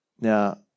Now